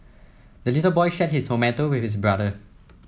the little boy shared his tomato with his brother